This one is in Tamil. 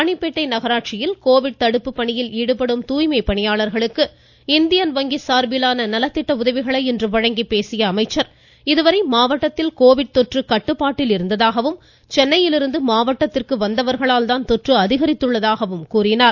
ராணிப்பேட்டை நகராட்சியில் கோவிட் தடுப்பு பணியில் ஈடுபடும் தூய்மைப் பணியாளர்களுக்கு இந்தியன் வங்கி சார்பிலான நலத்திட்ட உதவிகளை வழங்கிப் பேசிய அமைச்சர் இதுவரை மாவட்டத்தில் கோவிட் தொற்று கட்டுப்பாட்டில் இருந்ததாகவும் சென்னையிலிருந்து மாவட்டத்திற்கு வந்தவர்களால் தான் தொற்று அதிகரித்திருப்பதாகவும் அவர் கூறினார்